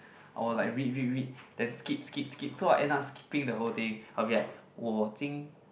I will like read read read then skip skip skip so I end up skipping the whole thing I'll be like 我今